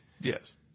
Yes